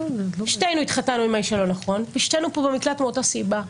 שתינו התחתנו עם האיש הלא נכון ושתינו פה במקלט מאותה סיבה.